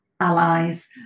allies